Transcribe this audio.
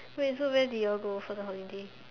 wait so where did y'all go for the holiday